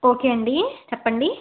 okay అండీ చెప్పండి